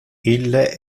ille